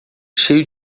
cheio